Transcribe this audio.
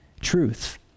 truth